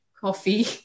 coffee